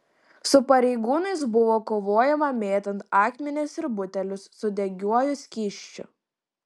su pareigūnais buvo kovojama mėtant akmenis ir butelius su degiuoju skysčiu